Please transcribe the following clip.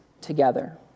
together